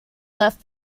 left